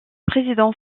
président